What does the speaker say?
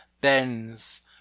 Bends